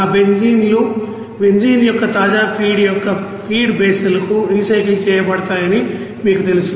ఆ బెంజీన్ లు బెంజీన్ యొక్క తాజా ఫీడ్ యొక్క ఫీడ్ బేసల్ కు రీసైకిల్ చేయబడతాయని మీకు తెలుసు